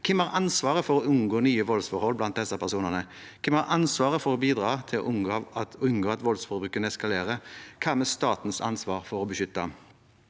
Hvem har ansvaret for å unngå nye voldsforhold blant disse personene? Hvem har ansvaret for å bidra til å unngå at voldsbruken eskalerer? Hva med statens ansvar for å beskytte?